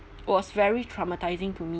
was very traumatizing to me